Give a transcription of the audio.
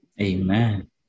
Amen